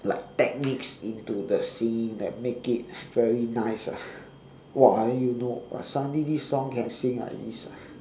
like techniques into the singing like make it very nice ah !whoa! and then you know suddenly this song can sing like this ah